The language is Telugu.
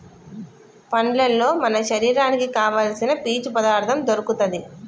పండ్లల్లో మన శరీరానికి కావాల్సిన పీచు పదార్ధం దొరుకుతది